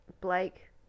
Blake